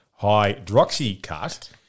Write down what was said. Hydroxycut